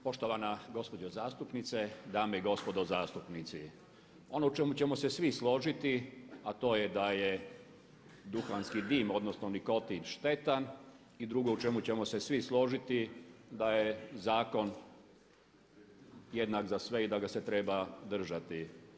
Poštovana gospođo zastupnice, dame i gospodo zastupnici ono u čemu ćemo se svi složiti a to je da je duhanski dim, odnosno nikotin štetan i drugo u čemu ćemo svi složiti da je zakon jednak za sve i da ga se treba držati.